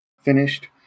finished